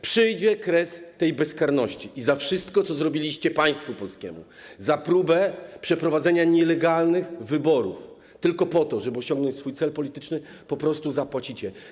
Przyjdzie kres tej bezkarności i za wszystko, co zrobiliście państwu polskiemu, za próbę przeprowadzenia nielegalnych wyborów tylko po to, by osiągnąć swój cel polityczny, po prostu zapłacicie.